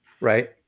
right